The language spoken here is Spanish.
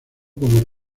como